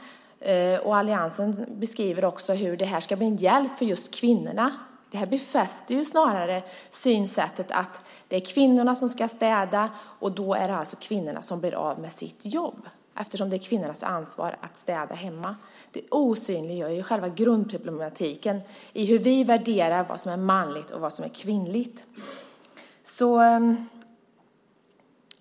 Alliansen beskriver också hur det här ska bli en hjälp för just kvinnorna. Det befäster snarare synsättet att det är kvinnorna som ska städa, och då är det alltså kvinnorna som blir av med sitt jobb, eftersom det är kvinnornas ansvar att städa hemma. Det osynliggör ju själva grundproblematiken, hur vi värderar vad som är manligt och vad som är kvinnligt.